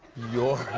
your.